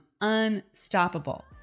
unstoppable